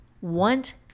want